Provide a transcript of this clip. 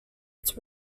its